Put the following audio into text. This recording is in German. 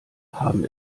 haben